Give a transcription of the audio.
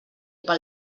pel